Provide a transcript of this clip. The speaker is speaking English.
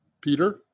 Peter